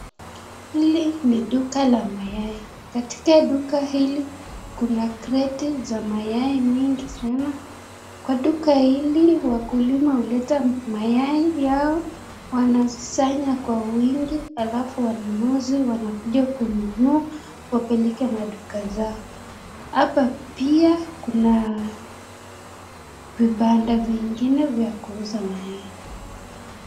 Hili ni duka la mayai. Katika duka hili kuna kreti za mayai mingi sana. Wakulima huleta mavuno ya mayai hapa na wanasanya kwa wingi kisha wanunuzi wananunua kupeleka kwa maduka zao. Hapa pia kuna vibanda zingine za kuuza mayai.